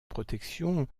protection